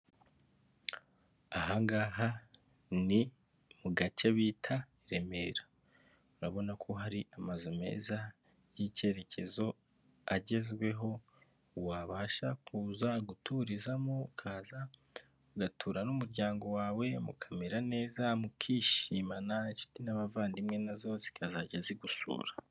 Aha ngaha ni mu gace bita Remera. Urabona ko hari amazu meza y'icyerekezo agezweho, wabasha kuza guturizamo, ukaza ugatura n'umuryango wawe mukamera neza mukishimana, inshuti n'abavandimwe na zo zikazajya zigusura.